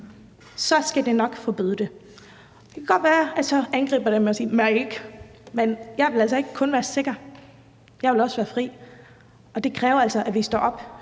så skal de nok forbyde det. Det kan godt være, at man så ikke bliver angrebet, men jeg vil altså ikke kun være sikker, jeg vil være også fri, og det kræver, at vi står op